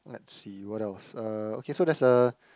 let's see what else uh okay so there's a